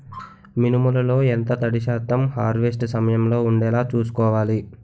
మినుములు లో ఎంత తడి శాతం హార్వెస్ట్ సమయంలో వుండేలా చుస్కోవాలి?